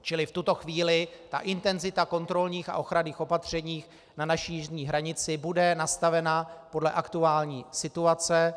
Čili v tuto chvíli ta intenzita kontrolních a ochranných opatření na naší jižní hranici bude nastavena podle aktuální situace.